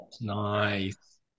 nice